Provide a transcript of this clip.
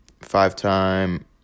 Five-time